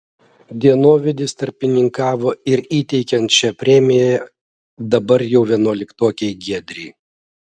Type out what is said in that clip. dienovidis tarpininkavo ir įteikiant šią premiją dabar jau vienuoliktokei giedrei